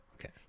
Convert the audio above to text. Okay